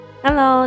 Hello，